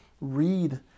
read